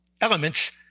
elements